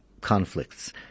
conflicts